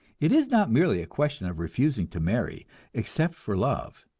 it is not merely a question of refusing to marry except for love,